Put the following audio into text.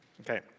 Okay